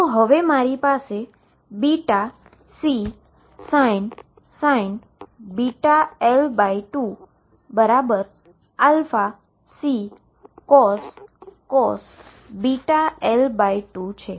તો હવે મારી પાસે βCsin βL2 αCcos βL2 છે